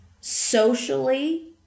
socially